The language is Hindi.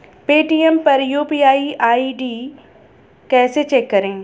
पेटीएम पर यू.पी.आई आई.डी कैसे चेक करें?